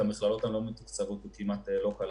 את המכללות הלא מתוקצבות הוא כמעט ולא כלל.